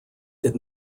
did